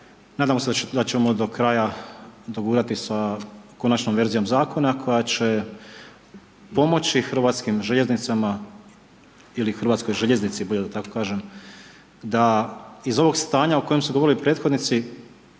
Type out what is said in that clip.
nadamo se da ćemo do kraja dogurati sa konačnom verzijom Zakona koja će pomoći HŽ-cama ili HŽ-ci, bolje da tako kažem, da iz ovog stanja o kojem su govorili prethodnici,